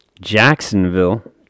Jacksonville